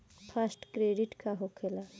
Fast credit का होखेला?